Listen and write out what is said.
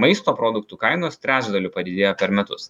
maisto produktų kainos trečdaliu padidėjo per metus